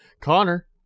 Connor